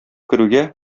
керүгә